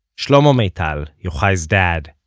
shlomo maital, yochai's dad,